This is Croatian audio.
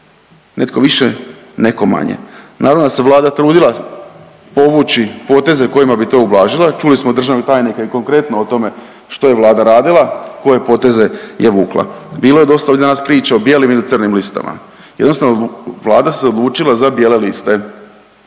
netko više, neko manje. Naravno da se Vlada trudila povući poteze kojima bi to ublažila, čuli smo od državnog tajnika i konkretno o tome što je Vlada radila, koje poteze je vukla. Bilo je dosta ovdje danas priča o bijelim ili crnim listama. Jednostavno Vlada se odlučila za bijele liste.